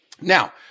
Now